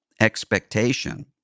expectation